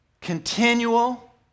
continual